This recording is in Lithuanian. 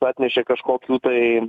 atnešė kažkokių tai